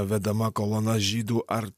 vedama kolona žydų ar